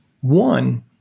One